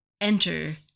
Enter